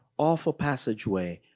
off a passageway,